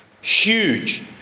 huge